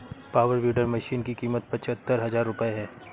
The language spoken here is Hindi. पावर वीडर मशीन की कीमत पचहत्तर हजार रूपये है